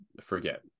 forget